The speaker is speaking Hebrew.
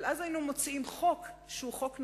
אבל אז היינו מוציאים חוק שהוא חוק נכון.